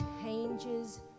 changes